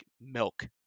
milk